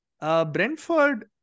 Brentford